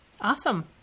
Awesome